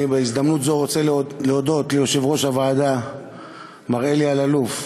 אני בהזדמנות זו רוצה להודות ליושב-ראש הוועדה מר אלי אלאלוף,